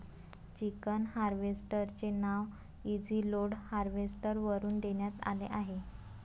chicken harvester चे नाव easy load harvester वरून देण्यात आले आहे